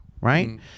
right